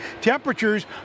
temperatures